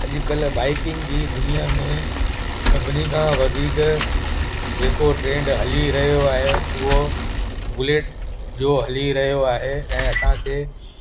अॼकल्ह बाइकिंग जी दुनिया में सभिनी खां वधीक जेको ट्रेंड हली रहियो आहे उहो बुलेट जो हली रहियो आहे ऐं असांखे